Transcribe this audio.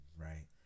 right